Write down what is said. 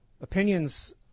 opinions